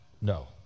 No